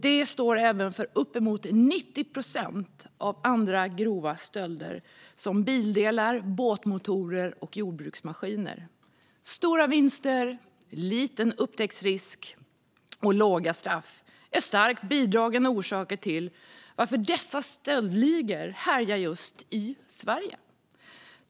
De står även för uppåt 90 procent av andra grova stölder av sådant som bildelar, båtmotorer och jordbruksmaskiner. Stora vinster, liten upptäcktsrisk och låga straff är starkt bidragande orsaker till att dessa stöldligor härjar just i Sverige.